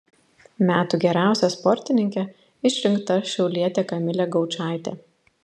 metų geriausia sportininke išrinkta šiaulietė kamilė gaučaitė